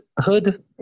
hood